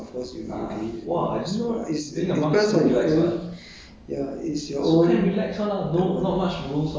可以呀 they don't they don't they don't force you not to use lah of course if you want to use you can use it ah is because